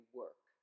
work